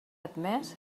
admès